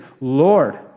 Lord